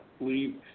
leave